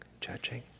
judging